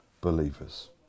believers